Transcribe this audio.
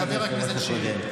בקשה מהיושב-ראש הקודם.